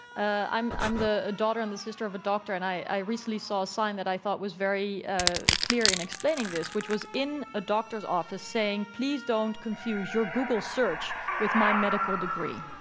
i'm i'm the daughter and the sister of a doctor, and i recently saw a sign that i thought was very ah clear in explaining this, which was in a doctor's office, saying, please don't confuse your google search with my medical degree.